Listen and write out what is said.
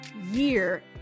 year